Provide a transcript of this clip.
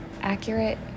Accurate